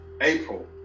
April